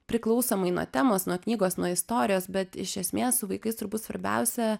priklausomai nuo temos nuo knygos nuo istorijos bet iš esmės su vaikais turbūt svarbiausia